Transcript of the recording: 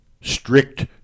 strict